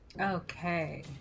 Okay